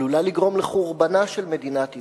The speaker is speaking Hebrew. עלולה לגרום לחורבנה של מדינת ישראל,